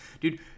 Dude